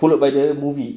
followed by the movie